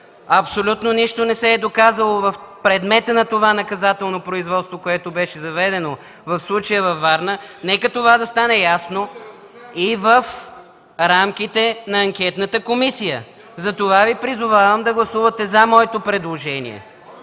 абсолютно нищо не се е доказало в предмета на това наказателно производство, което беше заведено, в случая във Варна?! Нека това да стане ясно и в рамките на анкетната комисия. Затова Ви призовавам да гласувате за моето предложение.